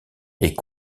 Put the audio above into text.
est